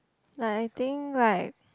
like I think like